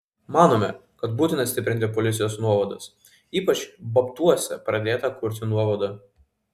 manome kad būtina stiprinti policijos nuovadas ypač babtuose pradėtą kurti nuovadą